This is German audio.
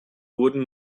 wurden